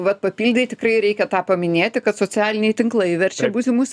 vat papildei tikrai reikia tą paminėti kad socialiniai tinklai verčia būti mus